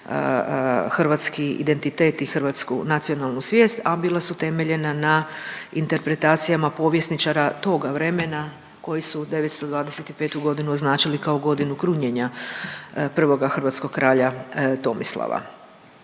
hrvatski identitet i hrvatsku nacionalnu svijest, a bila su temeljena na interpretacijama povjesničara toga vremena koji su 925. godinu označili kao godinu krunjenja prvoga hrvatskog kralja Tomislava.